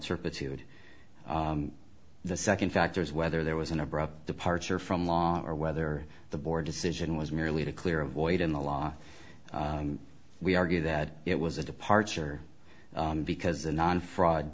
turpitude the second factor is whether there was an abrupt departure from law or whether the board decision was merely to clear a void in the law we argue that it was a departure because the non fraud